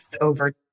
over